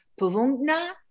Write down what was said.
Puvungna